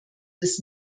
des